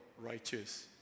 righteous